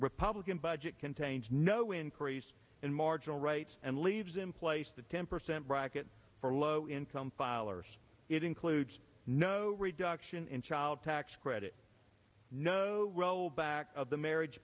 republican budget contains no increase in marginal rates and leaves in place the temper sent bracket for low income filers it includes no reduction in child tax credit no rollback of the marriage